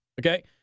Okay